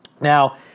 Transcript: Now